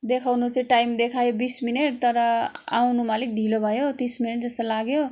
देखाउनु चाहिँ टाइम देखायो बिस मिनट तर आउनुमा अलिक ढिलो भयो तिस मिनट जस्तो लाग्यो